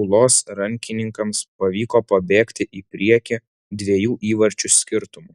ūlos rankininkams pavyko pabėgti į priekį dviejų įvarčių skirtumu